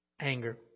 anger